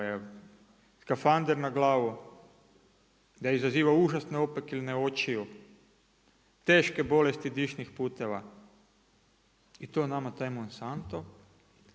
staviti skafander na glavu, da izaziva užasne opekline očiju, teške bolesti dišnih puteva i to nama taj Monsanto